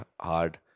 hard